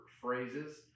phrases